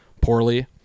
poorly